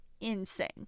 insane